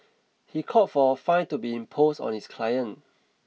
he called for a fine to be imposed on his client